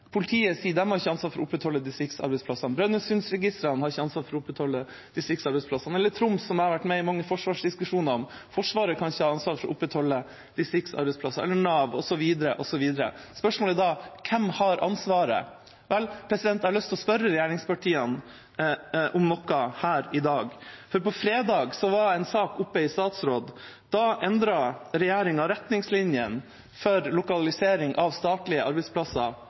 Troms, som jeg har vært med i mange forsvarsdiskusjoner om: Forsvaret kan ikke ha ansvar for å opprettholde distriktsarbeidsplasser. Det kan heller ikke Nav, osv. Spørsmålet er da: Hvem har ansvaret? Vel, jeg har lyst til å spørre regjeringspartiene om noe her i dag, for på fredag var en sak oppe i statsråd. Da endret regjeringa retningslinjene for lokalisering av statlige arbeidsplasser